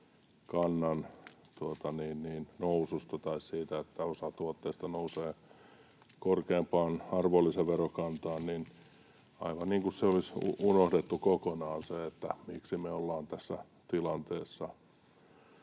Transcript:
noususta ja siitä, että osa tuotteista nousee korkeampaan arvonlisäverokantaan, vaikutti aivan kuin olisi unohdettu kokonaan, miksi me ollaan tässä tilanteessa.